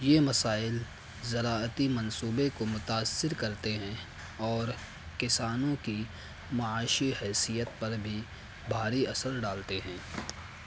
یہ مسائل زراعتی منصوبے کو متاثر کرتے ہیں اور کسانوں کی معاشی حیثیت پر بھی بھاری اثر ڈالتے ہیں